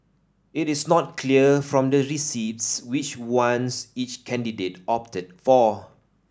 it is not clear from the receipts which ones each candidate opted for